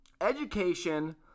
education